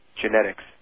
genetics